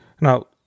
Now